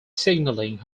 signalling